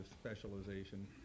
specialization